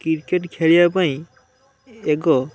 cricket ଖେଳିବାପାଇଁ ଏଗ